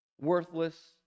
Worthless